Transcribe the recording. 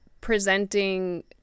presenting